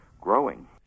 growing